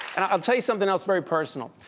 and i'll tell you something else very personal.